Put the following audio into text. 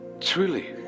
truly